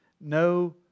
no